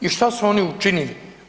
I šta su oni učinili?